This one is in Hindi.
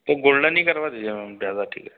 तो गोल्डन ही करवा दीजिए मैम ज़्यादा ठीक रहेगा